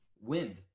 Wind